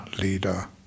leader